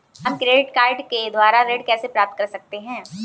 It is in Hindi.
हम क्रेडिट कार्ड के द्वारा ऋण कैसे प्राप्त कर सकते हैं?